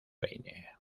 peine